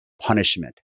punishment